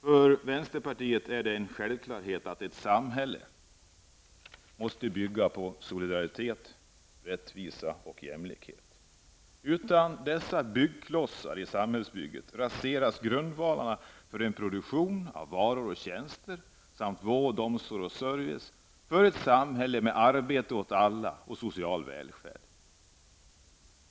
För oss i vänsterpartiet är det en självklarhet att ett samhälle måste bygga på solidaritet, rättvisa och jämlikhet. Utan dessa byggklossar i samhällsbygget raseras grundvalen för produktionen av varor och tjänster samt av vård, omsorg och service, för ett samhälle med arbete åt alla och för den sociala välfärden.